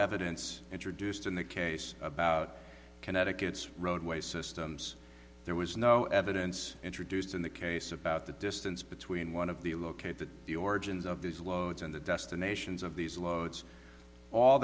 evidence introduced in the case about connecticut's roadway systems there was no evidence introduced in the case about the distance between one of the locate that the origins of these loads and the destinations of these loads all